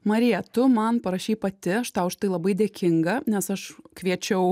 marija tu man parašei pati aš tau už tai labai dėkinga nes aš kviečiau